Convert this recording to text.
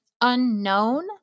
unknown